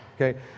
Okay